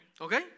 Okay